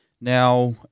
Now